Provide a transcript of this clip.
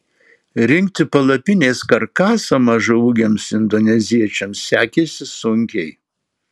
rinkti palapinės karkasą mažaūgiams indoneziečiams sekėsi sunkiai